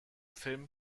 film